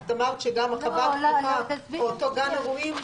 את אמרת שגם חווה פתוחה או אותו גן אירועים.